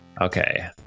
Okay